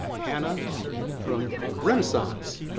hannah from renaissance.